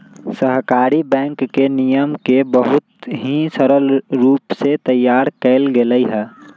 सहकारी बैंक के नियम के बहुत ही सरल रूप से तैयार कइल गैले हई